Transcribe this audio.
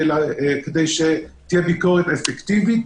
כדי שתהיה ביקורת אפקטיבית,